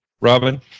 Robin